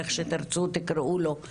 איך שתרצו תקראו לו,